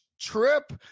trip